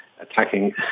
attacking